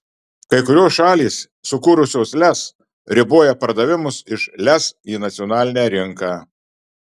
kai kurios šalys sukūrusios lez riboja pardavimus iš lez į nacionalinę rinką